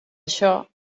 això